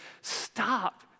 Stop